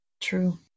True